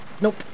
Nope